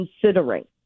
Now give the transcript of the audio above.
considering